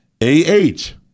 A-H